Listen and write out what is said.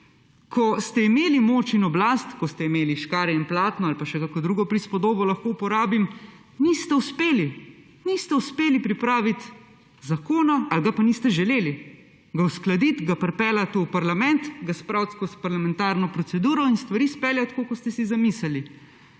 ko ste imeli moč in oblast, ko ste imeli škarje in platno ali pa, še kakšno drugo prispodobo lahko uporabim, niste uspeli pripraviti zakona ali ga pa niste želeli, ga uskladiti, ga pripeljati v parlament, ga spraviti skozi parlamentarno proceduro in stvari izpeljati tako, kot ste si zamislili.